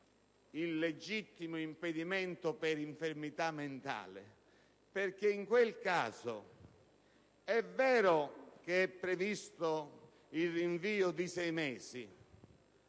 il legittimo impedimento per infermità mentale. In quel caso, infatti, è vero che è previsto il rinvio di sei mesi,